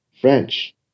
French